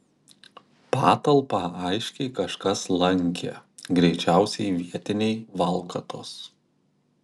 patalpą aiškiai kažkas lankė greičiausiai vietiniai valkatos